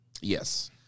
Yes